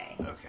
Okay